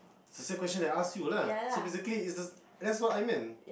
the same questions I ask you lah so basically is this that's what I meant